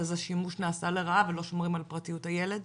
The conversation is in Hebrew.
אז השימוש נעשה לרעה ולא שומרים על פרטיות הילד?